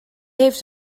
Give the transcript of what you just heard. heeft